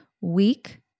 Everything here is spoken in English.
week